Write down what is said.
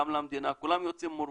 כולם יוצאים מורווחים.